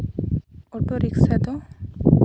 auto rickshaw ᱫᱚ